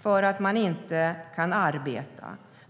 för att man inte kan arbeta.